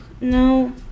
No